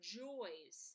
joys